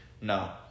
No